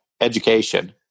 education